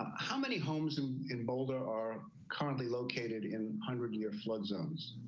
how many homes in in boulder are currently located in hundred year flood zones.